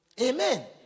Amen